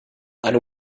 eine